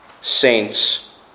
saints